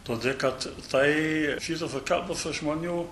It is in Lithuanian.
todėl kad tai šitos kalbos žmonių